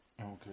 Okay